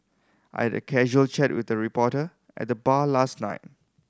I'd a casual chat with a reporter at the bar last night